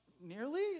nearly